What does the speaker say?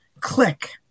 click